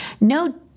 No